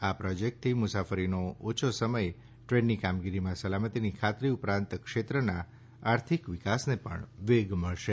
આ પ્રોજેક્ટથી મુસાફરીનો ઓછો સમય ટ્રેનની કામગીરીમાં સલામતીની ખાતરી ઉપરાંત ક્ષેત્રના આર્થિક વિકાસને પણ વેગ મળશે